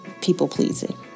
people-pleasing